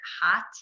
hot